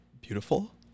beautiful